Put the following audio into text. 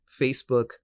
Facebook